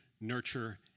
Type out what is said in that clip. nurture